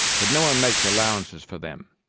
but no one makes allowances for them.